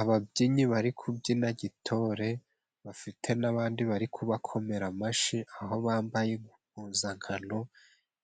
Ababyinnyi bari kubyina gitore bafite n'abandi bari kubakomera amashyi, aho bambaye impuzankano